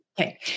Okay